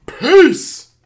peace